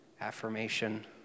affirmation